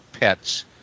pets